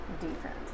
defense